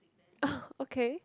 oh okay